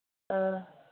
ꯑꯥ